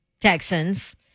Texans